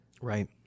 Right